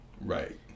Right